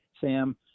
Sam